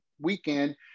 weekend